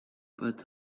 but